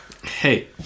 Hey